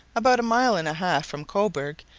about a mile and a half from cobourg,